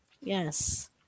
Yes